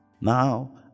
Now